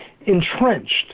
entrenched